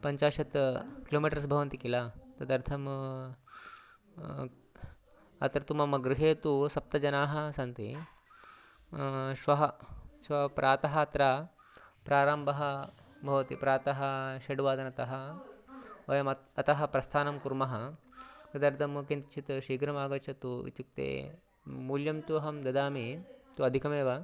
पञ्चाशत् किलोमीटर्स् भवन्ति किल तदर्थं अत्र तु मम गृहे तु सप्तजनाः सन्ति श्वः श्वः प्रातः अत्र प्रारम्भः भवति प्रातः षड्वादनतः वयम् इतः प्रस्थानं कुर्मः तदर्दं किञ्चित् शीघ्रम् आगच्छतु इत्युक्ते मूल्यं तु अहं ददामि तु अधिकमेव